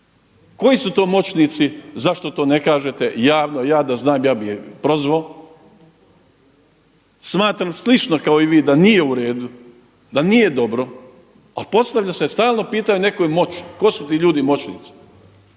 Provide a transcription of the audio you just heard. koji su to moćnici zašto to ne kažete javno? Ja da znam da bi je prozvo. Smatram slično kao i vi da nije u redu da nije dobro, ali postavlja se stalno pitanje o nekoj moći. Tko su ti ljudi moćnici?